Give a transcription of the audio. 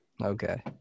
okay